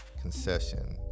concession